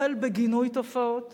החל בגינוי תופעות,